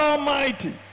Almighty